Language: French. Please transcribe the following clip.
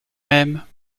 mêmes